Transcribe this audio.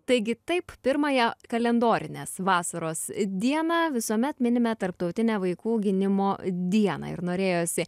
taigi taip pirmąją kalendorinės vasaros dieną visuomet minime tarptautinę vaikų gynimo dieną ir norėjosi